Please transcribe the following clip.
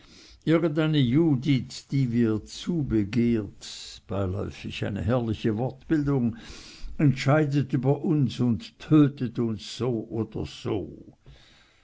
irgendeine judith die wir zubegehren beiläufig eine herrliche wortbildung entscheidet über uns und tötet uns so oder so